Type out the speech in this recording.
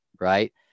right